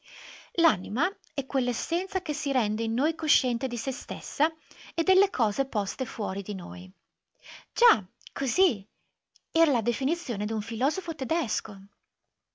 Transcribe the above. l'anima è quell'essenza che si rende in noi cosciente di se stessa e delle cose poste fuori di noi già così era la definizione d'un filosofo tedesco